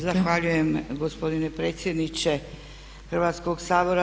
Zahvaljujem gospodine predsjedniče Hrvatskoga sabora.